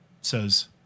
says